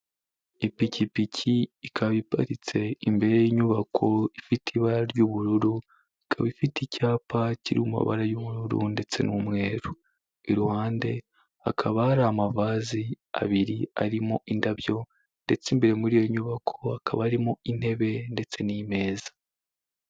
Ipikipiki ikaba iparitse imbere y'inyubako ifite ibara ry'ubururu, ikaba ifite icyapa kiri mu mabara y'ubururu ndetse n'umweru, iruhande hakaba hari amavaze abiri arimo indabyo ndetse imbere muri iyo nyubako hakaba harimo intebe ndetse n'imeza.